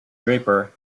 draper